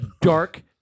dark